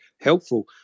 helpful